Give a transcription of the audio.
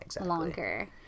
longer